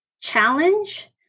challenge